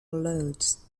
loads